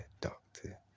Doctor